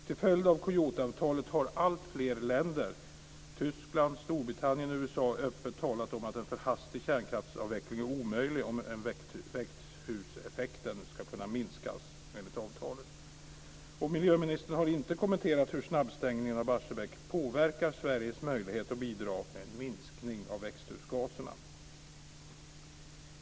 Till följd av Kyotoavtalet har alltfler länder - Tyskland, Storbritannien och USA - öppet talat om att en för hastig kärnkraftsavveckling är omöjlig om växthuseffekten ska kunna minskas enligt avtalet. Miljöministern har inte kommenterat hur snabbstängningen av Barsebäck påverkar Sveriges möjligheter att bidra till en minskning av växthusgaserna.